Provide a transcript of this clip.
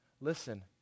Listen